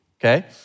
okay